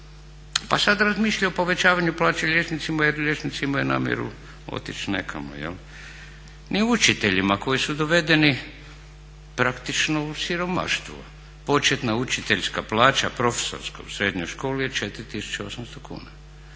pa sad razmišlja o povećavanju plaće liječnicima jer liječnici imaju namjeru otići nekamo. Ni učiteljima koji su dovedeni praktično u siromaštvo. Početna učiteljska plaća, profesorska u srednjoj školi je 4800 kuna.